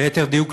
ליתר דיוק,